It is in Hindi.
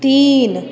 तीन